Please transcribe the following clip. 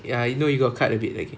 ya I know you got cut a bit okay